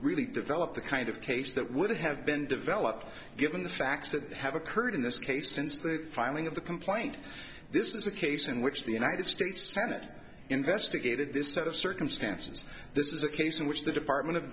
really develop the kind of case that would have been developed given the facts that have occurred in this case since the filing of the complaint this is a case in which the united states senate investigated this set of circumstances this is a case in which the department of